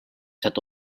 set